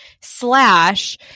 Slash